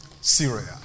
Syria